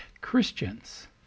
Christians